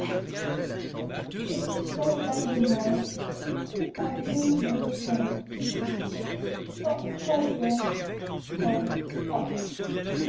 les chants de maldoror par le comte de lautréamont